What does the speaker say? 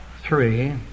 three